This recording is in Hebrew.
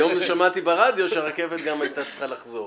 היום שמעתי ברדיו שהרכבת גם הייתה צריכה לחזור.